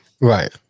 right